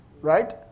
Right